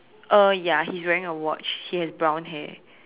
uh ya he's wearing a watch he has brown hair